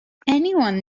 anyone